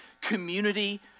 community